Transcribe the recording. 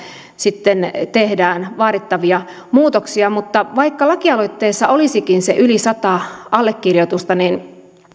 sitten tehdään vaadittavia muutoksia mutta vaikka lakialoitteessa olisikin se yli sata allekirjoitusta